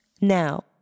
Now